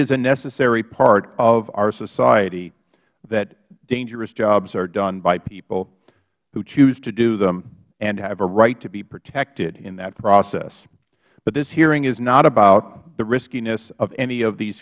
a necessary part of our society that dangerous jobs are done by people who choose to do them and have a right to be protected in that process but this hearing is not about the riskiness of any of these